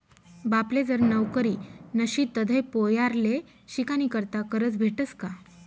बापले जर नवकरी नशी तधय पोर्याले शिकानीकरता करजं भेटस का?